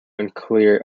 unclear